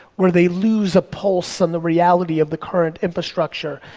where they lose a pulse on the reality of the current infrastructure.